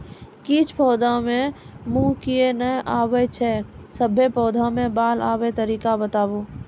किछ पौधा मे मूँछ किये नै आबै छै, सभे पौधा मे बाल आबे तरीका बताऊ?